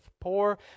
poor